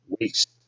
waste